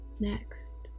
next